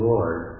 Lord